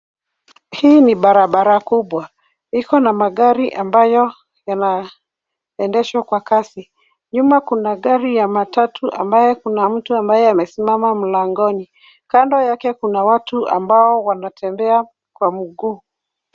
Hii ni barabara kubwa. Ikona magari ambayo yanaendeshwa kwa kasi. Nyuma kuna gari ya matatu ambayo kuna mtu ambaye amesimama mlangoni. Kando yake kuna watu ambao wanatembea kwa miguu.